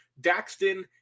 Daxton